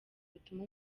butuma